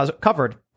covered